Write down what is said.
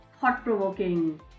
thought-provoking